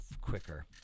quicker